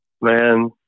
Man